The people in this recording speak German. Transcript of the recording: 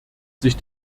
sich